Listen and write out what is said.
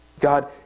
God